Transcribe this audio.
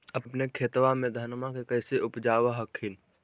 अपने खेतबा मे धन्मा के कैसे उपजाब हखिन?